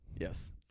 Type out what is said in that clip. yes